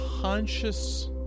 conscious